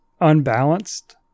unbalanced